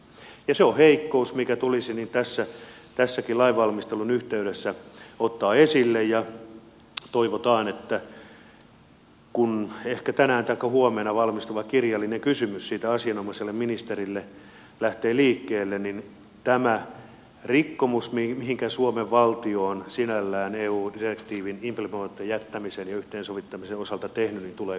se on heikkous mikä tulisi tässäkin lainvalmistelun yhteydessä ottaa esille ja toivotaan että kun ehkä tänään taikka huomenna valmistuva kirjallinen kysymys asianomaiselle ministerille siitä lähtee liikkeelle niin tämä rikkomus minkä suomen valtio on sinällään eu direktiivin implementoimatta jättämisen ja yhteensovittamisen osalta tehnyt tulee korjatuksi